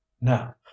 now